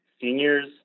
seniors